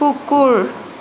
কুকুৰ